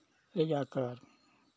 ले जाकर